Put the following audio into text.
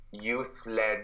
Youth-led